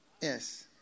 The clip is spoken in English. yes